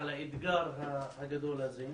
על האתגר הגדול הזה.